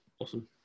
awesome